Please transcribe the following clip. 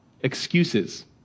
excuses